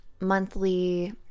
monthly